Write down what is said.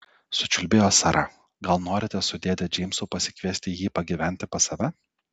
sučiulbėjo sara gal norite su dėde džeimsu pasikviesti jį pagyventi pas save